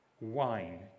Wine